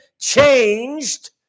changed